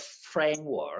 framework